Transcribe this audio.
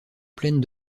plaine